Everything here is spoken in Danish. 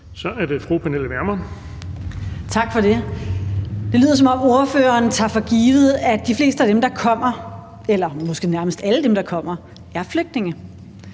Kl. 19:24 Pernille Vermund (NB): Tak for det. Det lyder, som om ordføreren tager for givet, at de fleste af dem, der kommer, eller måske nærmest alle dem, der kommer, er flygtninge.